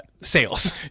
sales